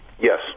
Yes